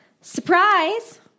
Surprise